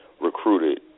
recruited